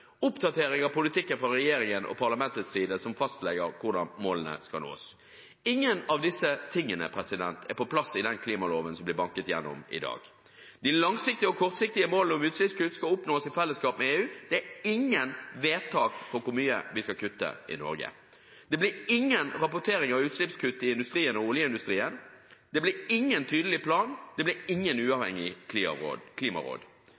oppdatering av politikken fra regjeringen og parlamentets side, som fastlegger hvordan målene skal nås. Ingen av disse tingene er på plass i klimaloven som blir banket gjennom i dag. De langsiktige og kortsiktige målene om utslippskutt skal oppnås i fellesskap med EU – det er ingen vedtak for hvor mye vi skal kutte i Norge. Det blir ingen rapportering av utslippskutt i industrien og oljeindustrien. Det blir ingen tydelig plan. Det blir ikke noe uavhengig klimaråd.